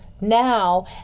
now